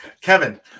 Kevin